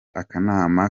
akanama